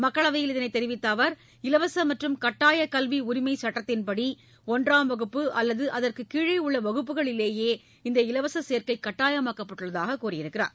மக்களவையில் இதனைத் தெரிவித்த அவர் இலவச மற்றும் கட்டாய கல்வி உரிமை சுட்டத்தின்படி ஒன்றாம் வகுப்பு அல்லது அதற்கு கீழே உள்ள வகுப்புகளிலேயே இந்த இலவச சேக்கை கட்டாயமாக்கப்பட்டுள்ளதாக கூறினார்